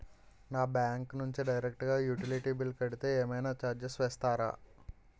నా బ్యాంక్ నుంచి డైరెక్ట్ గా యుటిలిటీ బిల్ కడితే ఏమైనా చార్జెస్ వేస్తారా?